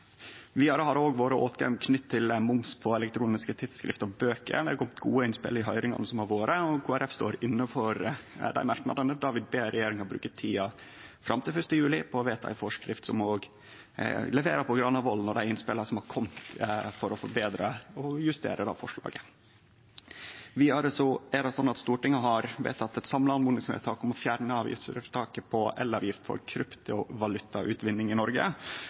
Vidare har det vore åtgaum knytt til moms på elektroniske tidsskrift og bøker. Det har kome gode innspel i høyringane som har vore, og Kristeleg Folkeparti står inne for merknadene, der vi ber regjeringa om å bruke tida fram til 1. juli til å vedta ei forskrift som leverer på Granavolden-erklæringa og dei innspela som har kome for å betre og justere forslaget. Stortinget har vidare vedtatt eit samla oppmodingsvedtak om å fjerne avgiftstaket på elavgift for utvinning av kryptovaluta i Noreg.